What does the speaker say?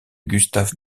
gustave